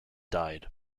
died